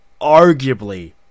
arguably